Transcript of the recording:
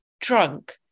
drunk